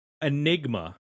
Enigma